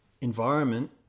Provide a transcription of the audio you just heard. environment